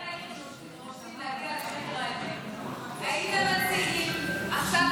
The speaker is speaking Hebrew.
אם הייתם רוצים להגיע לחקר האמת הייתם מציעים עכשיו